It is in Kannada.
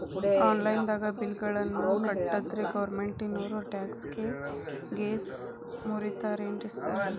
ಆನ್ಲೈನ್ ದಾಗ ಬಿಲ್ ಗಳನ್ನಾ ಕಟ್ಟದ್ರೆ ಗೋರ್ಮೆಂಟಿನೋರ್ ಟ್ಯಾಕ್ಸ್ ಗೇಸ್ ಮುರೇತಾರೆನ್ರಿ ಸಾರ್?